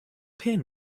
pin